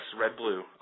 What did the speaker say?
Red-Blue